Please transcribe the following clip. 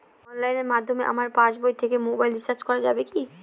অনলাইনের মাধ্যমে আমার পাসবই থেকে মোবাইল রিচার্জ করা যাবে কি?